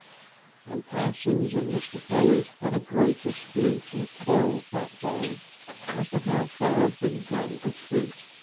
and parsons and mr. polly had a great dispute and quarrel that day as to how far a big gun could shoot.